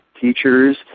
teachers